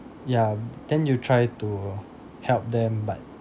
ya b~ then you try to help them but